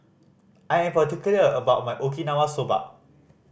I am particular about my Okinawa Soba